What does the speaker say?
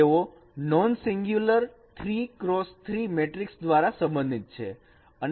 તેઓ nonsingular 3 x 3 matrix દ્વારા સંબંધિત છે